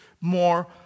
more